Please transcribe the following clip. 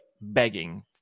begging